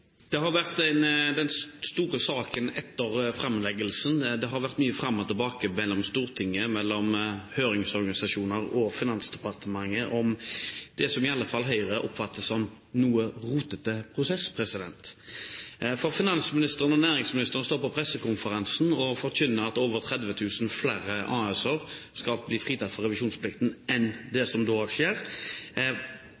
som har vært den store saken etter framleggelsen, er at det har vært mye fram og tilbake mellom Stortinget, høringsorganisasjoner og Finansdepartementet. Det oppfatter iallfall Høyre som en noe rotete prosess. For finansministeren og næringsministeren står på pressekonferansen og forkynner at over 30 000 flere AS-er skal bli fritatt for revisjonsplikten enn det